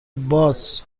باز